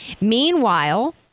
Meanwhile